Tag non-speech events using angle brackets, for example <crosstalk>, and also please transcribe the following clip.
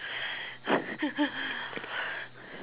<laughs>